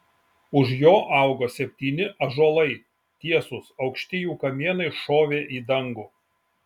už jo augo septyni ąžuolai tiesūs aukšti jų kamienai šovė į dangų